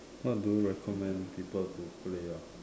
what do you recommend people to play ah